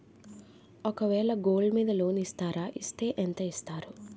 ఒక వేల గోల్డ్ మీద లోన్ ఇస్తారా? ఇస్తే ఎంత ఇస్తారు?